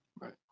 Right